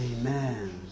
Amen